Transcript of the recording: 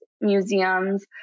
museums